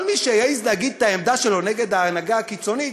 מי שיעז להגיד את העמדה שלו נגד ההנהגה הקיצונית,